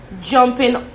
jumping